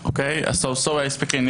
ראשית,